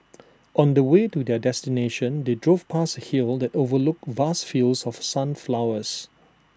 on the way to their destination they drove past A hill that overlooked vast fields of sunflowers